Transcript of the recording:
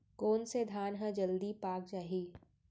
कोन से धान ह जलदी पाक जाही?